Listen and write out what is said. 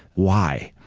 why?